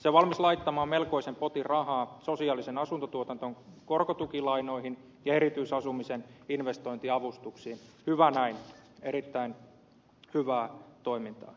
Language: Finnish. se on valmis laittamaan melkoisen potin rahaa sosiaalisen asuntotuotannon korkotukilainoihin ja erityisasuminen investointiavustuksiin hyvä näin erittäin hyvää toimintaa